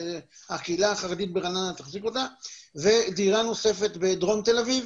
שהקהילה החרדית ברעננה תחזיק אותה ודירה נוספת בדרום תל אביב